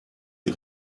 die